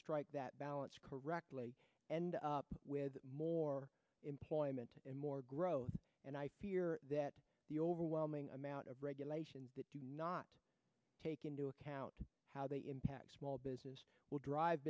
strike that balance correctly and with more employment and more growth and i fear that the overwhelming amount of regulation that do not take into account how they impact small business will drive